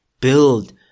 build